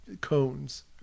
Cones